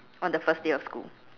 on the first day of school